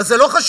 מה, זה לא חשוב?